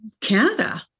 Canada